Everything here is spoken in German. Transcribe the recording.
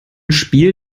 spiel